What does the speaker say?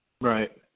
Right